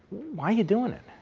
why're you doing it?